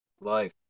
life